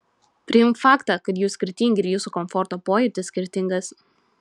priimk faktą kad jūs skirtingi ir jūsų komforto pojūtis skirtingas